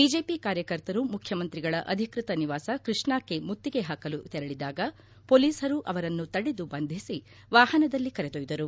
BJP ಕಾರ್ಯಕರ್ತರು ಮುಖ್ಯಮಂತ್ರಿಗಳ ಅಧಿಕೃತ ನಿವಾಸ ಕೃಷ್ಣಾಕ್ಷೆ ಮುತ್ತಿಗೆ ಹಾಕಲು ತೆರಳಿದಾಗ ಮೊಲೀಸರು ಅವರನ್ನು ತಡೆದು ಬಂಧಿಸಿ ವಾಹನದಲ್ಲಿ ಕರೆದೊಯ್ದರು